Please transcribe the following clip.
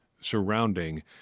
surrounding